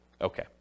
Okay